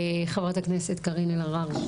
חברת הכנסת קארין אלהרר.